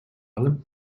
allem